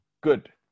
good